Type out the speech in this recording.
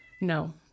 No